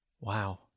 Wow